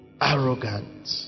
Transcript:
arrogant